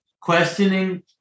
questioning